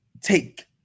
take